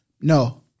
No